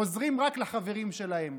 עוזרים רק לחברים שלהם.